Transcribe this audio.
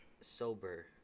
Sober